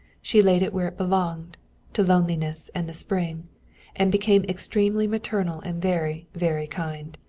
she laid it where it belonged to loneliness and the spring and became extremely maternal and very, very kind.